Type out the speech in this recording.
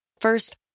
First